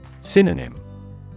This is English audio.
Synonym